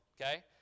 okay